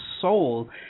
soul